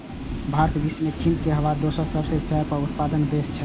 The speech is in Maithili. भारत विश्व मे चीन के बाद दोसर सबसं पैघ चाय उत्पादक देश छियै